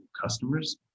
customers